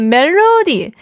Melody